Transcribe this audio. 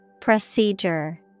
Procedure